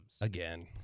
Again